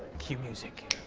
cue music!